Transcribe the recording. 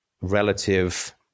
relative